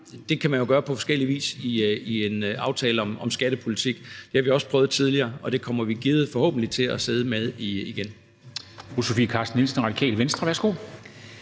kan man jo gøre det på forskellig vis i en aftale om skattepolitik. Det har vi også prøvet tidligere, og det kommer vi forhåbentlig til at sidde og gøre